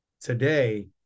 today